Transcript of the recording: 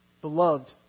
Beloved